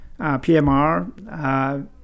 PMR